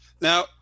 now